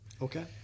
Okay